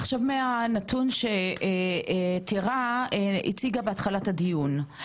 עכשיו מהנתון שטירה הציגה בהתחלת הדיון,